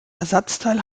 ersatzteil